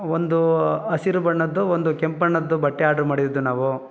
ಒಂದು ಹಸಿರು ಬಣ್ಣದ್ದು ಒಂದು ಕೆಂಪು ಬಣ್ಣದ್ದು ಬಟ್ಟೆ ಆರ್ಡ್ರ್ ಮಾಡಿದ್ದು ನಾವು